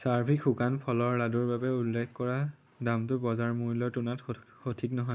চাৰ্ভিক শুকান ফলৰ লাড়ুৰ বাবে উল্লেখ কৰা দামটো বজাৰ মূল্যৰ তুলনাত সঠিক নহয়